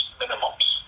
minimums